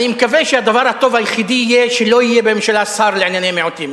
אני מקווה שהדבר הטוב היחידי יהיה שלא יהיה בממשלה שר לענייני מיעוטים.